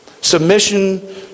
Submission